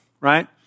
right